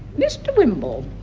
mr wimble,